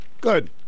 Good